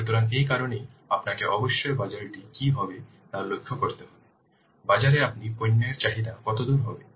সুতরাং এই কারণেই আপনাকে অবশ্যই বাজারটি কী হবে তা লক্ষ্য করতে হবে বাজারে আপনার পণ্য এর চাহিদা কতদূর হবে